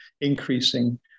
increasing